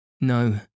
No